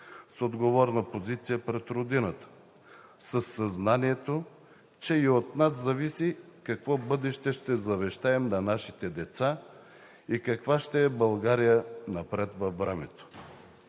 с отговорна позиция пред родината, със съзнанието, че от нас зависи какво бъдеще ще завещаем на нашите деца и каква ще е България напред във времето.